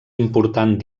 important